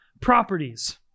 properties